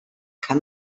kann